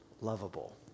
lovable